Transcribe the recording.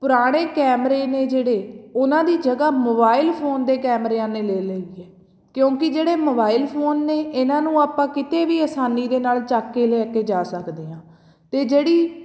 ਪੁਰਾਣੇ ਕੈਮਰੇ ਨੇ ਜਿਹੜੇ ਉਹਨਾਂ ਦੀ ਜਗ੍ਹਾ ਮੋਬਾਈਲ ਫੋਨ ਦੇ ਕੈਮਰਿਆਂ ਨੇ ਲੈ ਲਈ ਹੈ ਕਿਉਂਕਿ ਜਿਹੜੇ ਮੋਬਾਈਲ ਫੋਨ ਨੇ ਇਹਨਾਂ ਨੂੰ ਆਪਾਂ ਕਿਤੇ ਵੀ ਆਸਾਨੀ ਦੇ ਨਾਲ ਚੱਕ ਕੇ ਲੈ ਕੇ ਜਾ ਸਕਦੇ ਹਾਂ ਅਤੇ ਜਿਹੜੀ